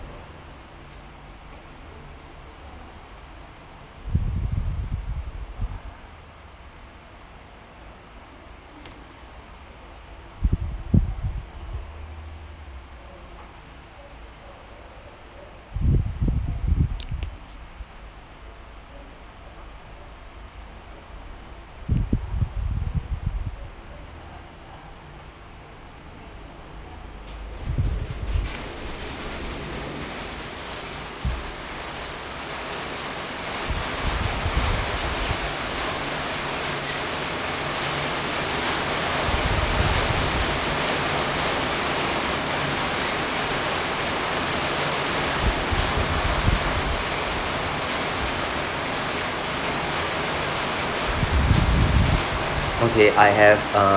okay I have uh